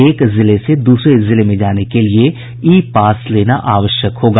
एक जिले से दूसरे जिले में जाने के लिये ई पास लेना आवश्यक होगा